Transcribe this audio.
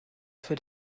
für